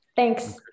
Thanks